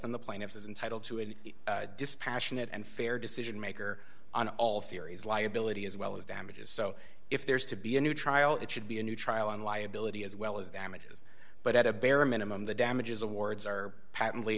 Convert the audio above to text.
than the plaintiffs is entitled to a dispassionate and fair decision maker on all theories liability as well as damages so if there is to be a new trial it should be a new trial on liability as well as damages but at a bare minimum the damages awards are patently